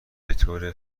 بطور